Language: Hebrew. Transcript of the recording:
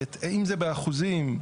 אם זה באחוזים,